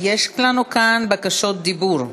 יש לנו כאן בקשות רשות דיבור.